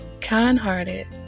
kind-hearted